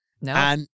No